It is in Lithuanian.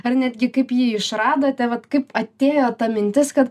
ar netgi kaip jį išradote vat kaip atėjo ta mintis kad